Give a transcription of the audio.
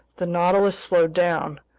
the nautilus slowed down,